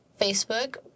Facebook